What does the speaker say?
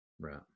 Right